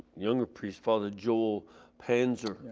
younger priest, father joel panzer,